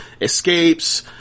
escapes